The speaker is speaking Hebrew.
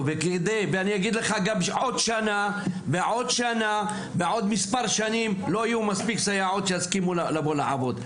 גם עוד שנה ועוד שנה ועוד מספר שנים - לא יהיו סייעות שירצו לבוא לעבוד.